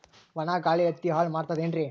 ಒಣಾ ಗಾಳಿ ಹತ್ತಿ ಹಾಳ ಮಾಡತದೇನ್ರಿ?